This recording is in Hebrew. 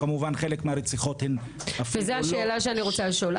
להם גם כמובן חלק מהרציחות --- וזו השאלה שאני רוצה לשאול.